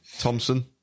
Thompson